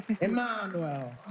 Emmanuel